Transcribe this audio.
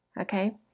okay